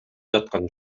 жаткан